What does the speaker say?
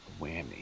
Whammy